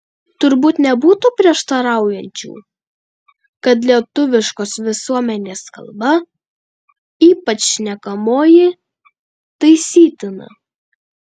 turbūt nebūtų prieštaraujančių kad lietuviškos visuomenės kalba ypač šnekamoji taisytina